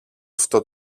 αυτό